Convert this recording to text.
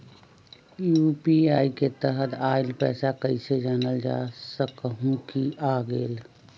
UPI के तहत आइल पैसा कईसे जानल जा सकहु की आ गेल?